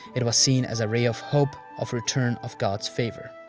it was seen as a ray of hope of return of god's favour.